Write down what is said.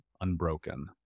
unbroken